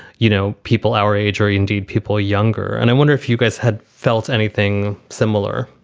you know, people our age or indeed people younger. and i wonder if you guys had felt anything similar